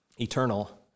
eternal